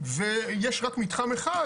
ויש רק מתחם אחד,